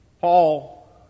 Paul